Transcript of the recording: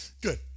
Good